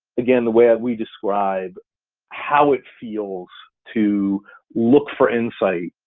again, the way we describe how it feels to look for insight,